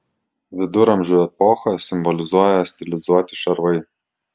viduramžių epochą simbolizuoja stilizuoti šarvai